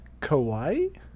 kawaii